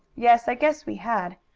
yes, i guess we had.